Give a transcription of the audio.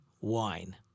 wine